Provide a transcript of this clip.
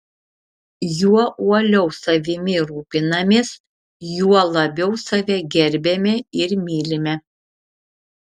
juo uoliau savimi rūpinamės juo labiau save gerbiame ir mylime